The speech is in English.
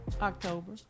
October